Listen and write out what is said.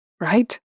right